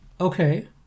Okay